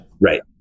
Right